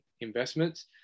investments